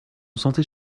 sentait